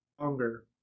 longer